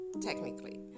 technically